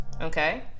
okay